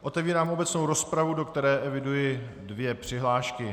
Otevírám obecnou rozpravu, do které eviduji dvě přihlášky.